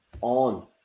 on